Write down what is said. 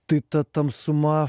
tai ta tamsuma